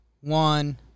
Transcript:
one